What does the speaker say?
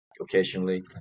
occasionally